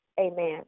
amen